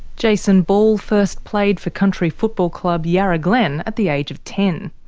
jason ball first played for country football club yarra glen at the age of ten.